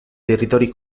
territori